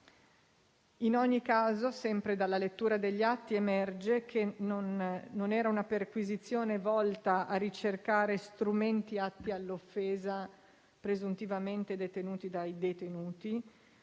In ogni caso, sempre dalla lettura degli atti, emerge che non era una perquisizione volta a ricercare strumenti atti all'offesa presuntivamente detenuti dai detenuti,